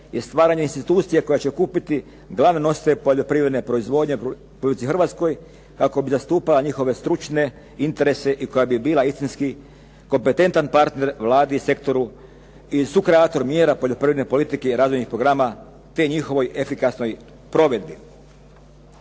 je stvaranje institucija koje će okupiti glavne nositelje poljoprivredne proizvodnje u Republici Hrvatskoj a koja bi zastupala njihove stručne interese i koja bi bila istinski kompetentan partner Vladi i sektoru i sukreator mjera poljoprivredne politike i razvojnih programa te njihovoj efikasnoj provedbi.